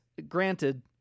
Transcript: Granted